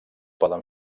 poden